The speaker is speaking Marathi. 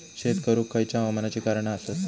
शेत करुक खयच्या हवामानाची कारणा आसत?